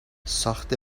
ساخت